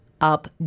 Up